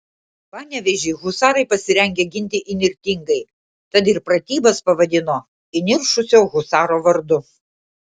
panevėžį husarai pasirengę ginti įnirtingai tad ir pratybas pavadino įniršusio husaro vardu